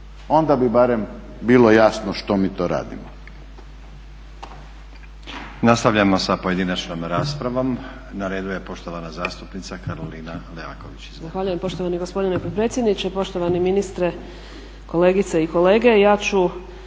Onda bi barem bilo jasno što mi to radimo.